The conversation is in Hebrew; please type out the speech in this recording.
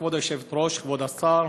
כבוד היושבת-ראש, כבוד השר,